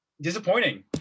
disappointing